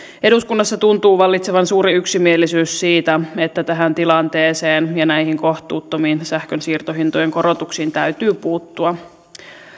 eduskunnassa tuntuu vallitsevan suuri yksimielisyys siitä että tähän tilanteeseen ja näihin kohtuuttomiin sähkön siirtohintojen korotuksiin täytyy puuttua